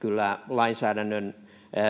lainsäädännön